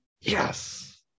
Yes